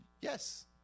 Yes